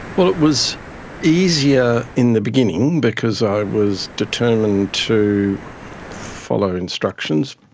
well, it was easier in the beginning because i was determined to follow instructions.